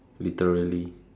literally